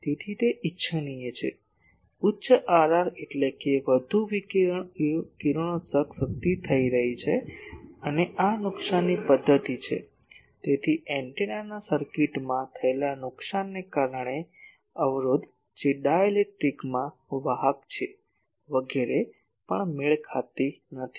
તેથી તે ઇચ્છનીય છે ઉચ્ચ Rr એટલે કે વધુ વિકિરણ કિરણોત્સર્ગ શક્તિ થઈ રહી છે અને આ નુકસાનની પદ્ધતિ છે તેથી એન્ટેનાના સર્કિટમાં થયેલા નુકસાનને કારણે અવરોધ જે ડાઇલેક્ટ્રિકમાં વાહક હોય છે વગેરે પણ મેળ ખાતી નથી